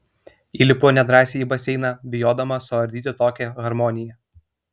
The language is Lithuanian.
įlipu nedrąsiai į baseiną bijodama suardyti tokią harmoniją